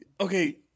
Okay